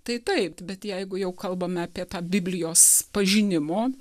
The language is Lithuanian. tai taip bet jeigu jau kalbame apie tą biblijos pažinimo